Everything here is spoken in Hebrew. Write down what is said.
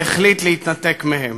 והחליט להתנתק מהם,